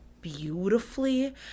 beautifully